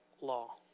law